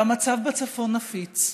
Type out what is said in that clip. והמצב בצפון נפיץ,